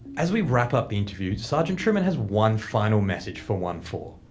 as we wrap up the interview sergeant trueman has one final message for onefour.